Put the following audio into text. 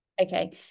okay